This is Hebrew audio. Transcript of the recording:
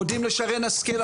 מודים לשרן השכל,